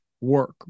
work